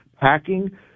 packing